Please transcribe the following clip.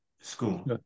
school